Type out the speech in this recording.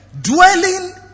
Dwelling